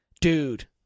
dude